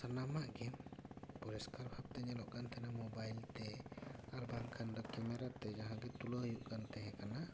ᱥᱟᱱᱟᱢᱟᱜ ᱜᱮ ᱯᱚᱨᱤᱥᱠᱟᱨ ᱵᱷᱟᱵᱛᱮ ᱧᱮᱞᱚᱜ ᱠᱟᱱ ᱛᱟᱦᱮᱱᱟ ᱢᱳᱵᱟᱭᱤᱞ ᱛᱮ ᱟᱨ ᱵᱟᱝᱠᱷᱟᱱ ᱫᱚ ᱠᱮᱢᱮᱨᱟ ᱛᱮ ᱡᱟᱦᱟᱸᱜᱮ ᱛᱩᱞᱟᱹᱣ ᱦᱩᱭᱩᱜ ᱠᱟᱱ ᱛᱟᱦᱮᱸ ᱠᱟᱱᱟ